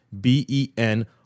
B-E-N